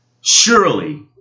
Surely